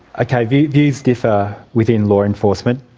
kind of views views differ within law enforcement.